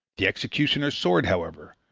the executioner's sword, however,